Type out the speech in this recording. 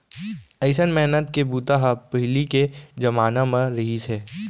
अइसन मेहनत के बूता ह पहिली के जमाना म रहिस हे